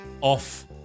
off